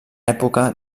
època